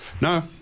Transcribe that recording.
No